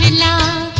and la